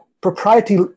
propriety